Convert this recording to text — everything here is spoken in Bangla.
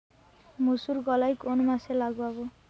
মুসুর কলাই কোন মাসে লাগাব?